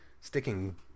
Sticking